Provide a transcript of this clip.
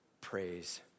Praise